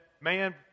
man